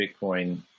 Bitcoin